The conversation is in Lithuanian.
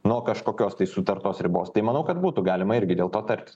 nuo kažkokios tai sutartos ribos tai manau kad būtų galima irgi dėl to tartis